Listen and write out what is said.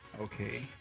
okay